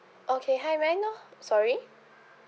okay hi may I know sorry